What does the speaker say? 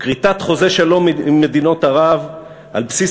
"כריתת חוזה שלום עם מדינות ערב על בסיס